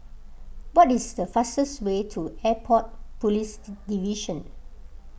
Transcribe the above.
what is the fastest way to Airport Police Division